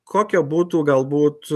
kokia būtų galbūt